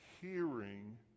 hearing